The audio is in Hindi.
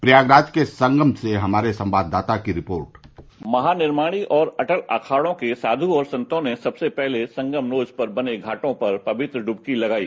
प्रयागराज के संगम से हमारे संवाददाता की रिपोर्ट महानिर्वाणी और अटल अखाड़ों के साधु और संतो ने सबसे पहले संगम के बने घाटों पर पवित्र ड्वकी लगाई